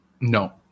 No